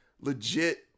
legit